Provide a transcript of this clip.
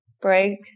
Break